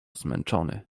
zmęczony